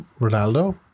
Ronaldo